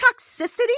toxicity